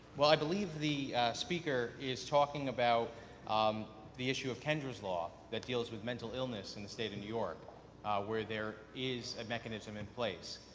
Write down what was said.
i believe the speaker is talking about um the issue of kendra's law that deals with mental illness in the state of new york where there is a mechanism in place.